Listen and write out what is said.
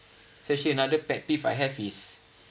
actually another pet peeve I have is